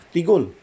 Tigul